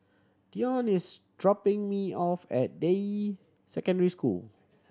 Dionne is dropping me off at Deyi Secondary School